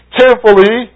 carefully